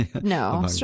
no